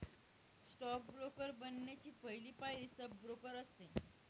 stock broker बनण्याची पहली पायरी सब ब्रोकर असते